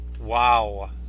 wow